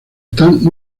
están